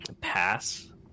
Pass